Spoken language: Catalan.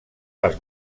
les